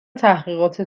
تحقیقات